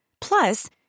Plus